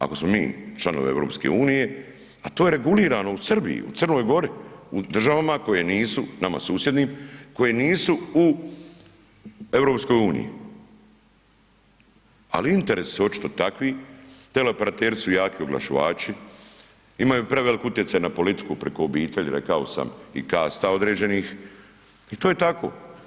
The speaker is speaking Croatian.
Ako smo mi članovi EU, a to je regulirano u Srbiji, u Crnoj Gori, u državama koje nisu, nama susjednim, koje nisu u EU, ali interesi su očito takvi, tele operateri su jaki oglašivači, imaju prevelik utjecaj na politiku priko obitelji, rekao sam i kasta određenih i to je tako.